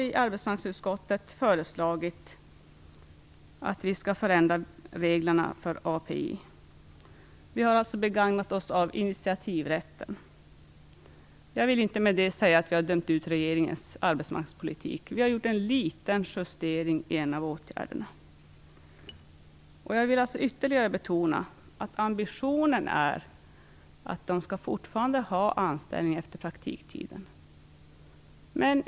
I arbetsmarknadsutskottet har vi föreslagit en förändring av reglerna för API. Vi har alltså begagnat oss av initiativrätten. Därmed vill jag inte ha sagt att vi dömt ut regeringens arbetsmarknadspolitik, utan vi har gjort en liten justering beträffande en av åtgärderna. Jag vill alltså än en gång betona att ambitionen fortfarande är att man skall ha anställning efter praktiktiden.